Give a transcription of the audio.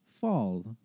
fall